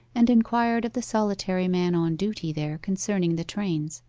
and inquired of the solitary man on duty there concerning the trains.